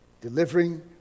delivering